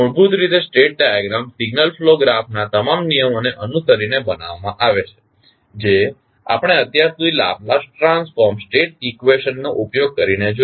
મૂળભૂત રીતે state diagram signal flow ગ્રાફના તમામ નિયમોને અનુસરીને બનાવવામાં આવે છે જે આપણે અત્યાર સુધી લાપ્લાસ ટ્રાન્સફોર્મ્ડ સ્ટેટ ઇક્વેશન નો ઉપયોગ કરીને જોયું છે